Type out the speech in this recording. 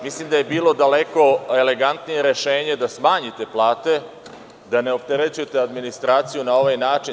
Mislim da je bilo daleko elegantnije rešenje da smanjite plate, da ne opterećujete administraciju na ovaj način.